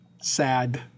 sad